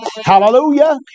Hallelujah